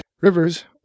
Rivers